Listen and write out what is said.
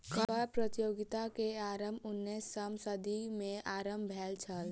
कर प्रतियोगिता के आरम्भ उन्नैसम सदी में आरम्भ भेल छल